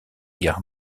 guerre